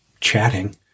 chatting